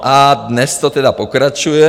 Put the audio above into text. A dnes to tedy pokračuje.